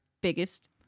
biggest